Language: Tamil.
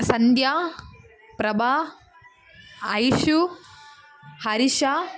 சந்தியா பிரபா ஐஷு ஹரிஷா